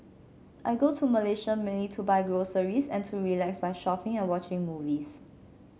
I go to Malaysia mainly to buy groceries and to relax by shopping and watching movies